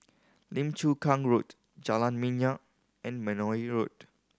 Lim Chu Kang Road Jalan Minyak and Benoi Road